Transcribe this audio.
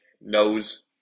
knows